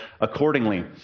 accordingly